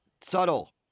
subtle